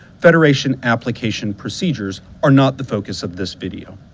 federation application procedures are not the focus of this video.